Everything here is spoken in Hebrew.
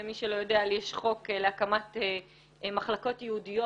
למי שלא יודע לי יש חוק להקמת מחלקות ייעודיות